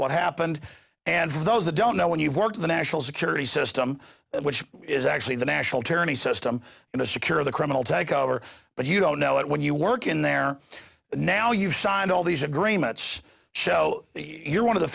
what happened and for those that don't know when you've worked the national security system which is actually the national tourney system in a secure the criminal takeover but you don't know it when you work in there now you've signed all these agreements show you're one of the